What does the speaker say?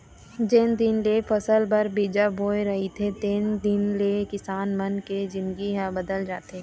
जेन दिन ले फसल बर बीजा बोय रहिथे तेन दिन ले किसान मन के जिनगी ह बदल जाथे